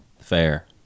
Fair